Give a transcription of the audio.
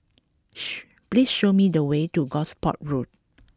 please show me the way to Gosport Road